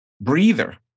breather